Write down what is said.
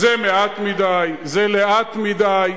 זה מעט מדי, זה לאט מדי.